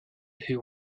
who